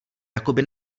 jakoby